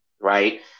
right